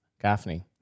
Gaffney